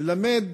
ללמד